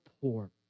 poor